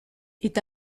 est